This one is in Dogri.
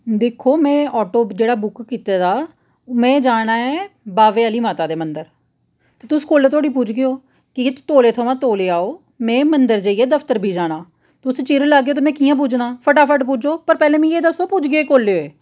दिक्खो में आटो जेह्ड़ा बुक कीते दा में जाना ऐ बाह्वे आह्ली माता दे मंदर तुस कुसलै धोड़ी पुजगे ओ की जे तौले थमां तौले आओ में मंदर जाइयै दफ्तर बी जाना तुस चिर लागेओ ते में कि'यां पुजना फटा फट पुज्जेओ पैह्लें मिगी एह् दस्सो पुजगे कुसलै